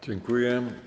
Dziękuję.